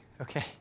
okay